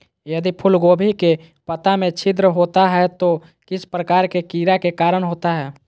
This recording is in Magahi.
यदि फूलगोभी के पत्ता में छिद्र होता है तो किस प्रकार के कीड़ा के कारण होता है?